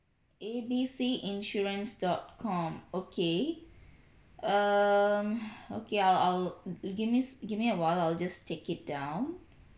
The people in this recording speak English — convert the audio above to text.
A B C insurance dot com okay um okay I'll I'll uh gimme gimme a while I'll just take it down